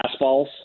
fastballs